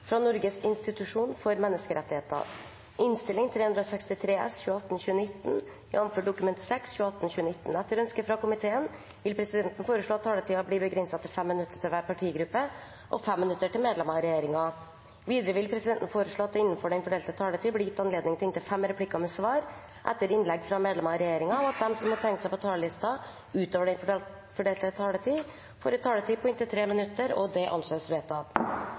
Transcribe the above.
Etter ønske fra justiskomiteen vil presidenten foreslå at taletiden blir begrenset til 5 minutter til hver partigruppe og 5 minutter til medlemmer av regjeringen. Videre vil presidenten foreslå at det – innenfor den fordelte taletid – blir gitt anledning til inntil fem replikker med svar etter innlegg fra medlemmer av regjeringen, og at de som måtte tegne seg på talerlisten utover den fordelte taletid, får en taletid på inntil 3 minutter. – Det anses vedtatt.